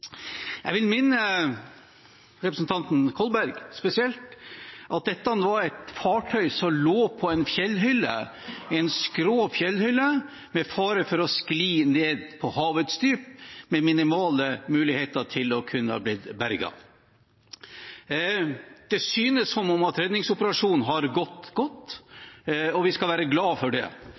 Jeg vil minne spesielt representanten Kolberg om at dette var et fartøy som lå på en skrå fjellhylle, med fare for å skli ned på havets dyp, med minimale muligheter til å kunne bli berget. Det synes som om redningsoperasjonen har gått godt, og vi skal være glad for det.